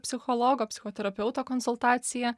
psichologo psichoterapeuto konsultaciją